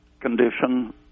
condition